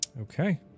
Okay